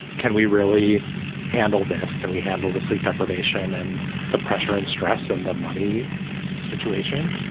can we really handle this? can we handle the sleep deprivation and the pressure and stress and the money situation?